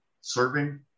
serving